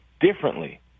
differently